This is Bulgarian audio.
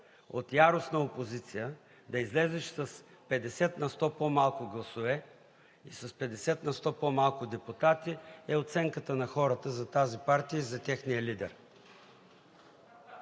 от яростна опозиция, да излезеш с 50 на 100 по-малко гласове и с 50 на 100 по-малко депутати е оценката на хората за тази партия и за техния лидер.